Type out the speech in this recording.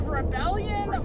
rebellion